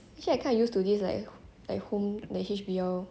actually I kinda used to this like like home like H_B_L